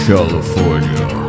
California